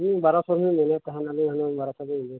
ᱵᱟᱨᱳᱥᱚ ᱦᱩᱱᱟᱹᱝ ᱨᱮᱞᱤᱧ ᱢᱮᱱᱮᱫ ᱛᱟᱦᱮᱱ ᱟᱫᱚ ᱵᱟᱨᱳᱥᱚ